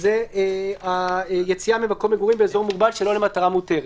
שזה היציאה ממקום מגורים באזור מוגבל שלא למטרה מותרת.